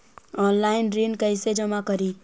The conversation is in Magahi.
ऑनलाइन ऋण कैसे जमा करी?